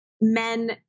Men